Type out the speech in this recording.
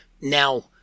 Now